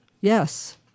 yes